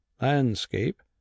landscape